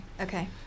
okay